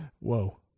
Whoa